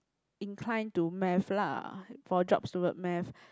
incline to math lah for jobs toward math